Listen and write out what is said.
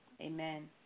Amen